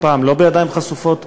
הפעם לא בידיים חשופות,